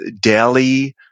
daily